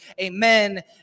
amen